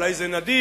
אולי זה נדיר,